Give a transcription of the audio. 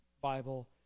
Bible